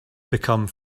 become